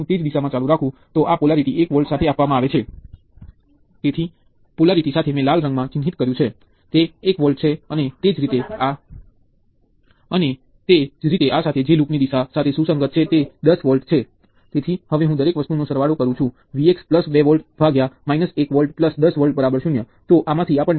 તેથી દાખલા તરીકે આપણી પાસે એક રેઝિસ્ટન્સ અને બીજો રેઝિસ્ટન્સ હોઈ શકે અને મુખ્ય રેઝિસ્ટન્સ ને તેના સિરીઝ મા કનેક્ટ કરી શકીએ